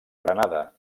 granada